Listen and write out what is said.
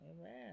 Amen